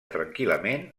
tranquil·lament